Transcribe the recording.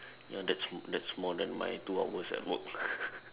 ya that's that's more than my two hours at work